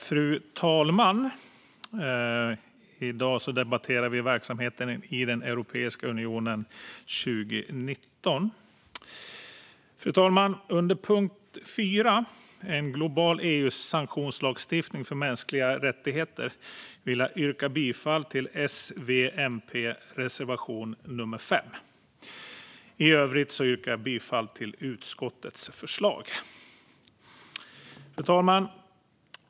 Fru talman! Under punkt 4, En global EU-sanktionslagstiftning för mänskliga rättigheter, yrkar jag bifall till reservation nr 5 av S, V och MP. I övrigt yrkar jag bifall till utskottets förslag. Fru talman!